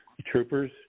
troopers